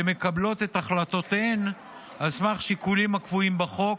שמקבלות את החלטותיהן על סמך שיקולים הקבועים בחוק,